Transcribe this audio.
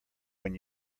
when